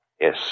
Yes